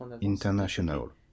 international